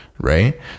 right